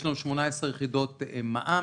יש לנו 18 יחידות מע"מ,